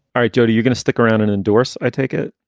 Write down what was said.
right, jody, you're going to stick around and endorse. i take it.